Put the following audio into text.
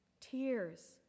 tears